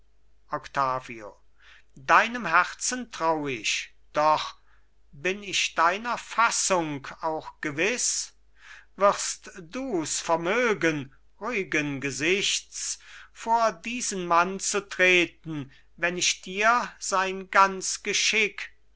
octavio deinem herzen trau ich doch bin ich deiner fassung auch gewiß wirst dus vermögen ruhigen gesichts vor diesen mann zu treten wenn ich dir sein ganz geschick